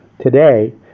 Today